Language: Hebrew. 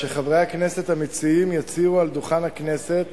שחברי הכנסת המציעים יצהירו על דוכן הכנסת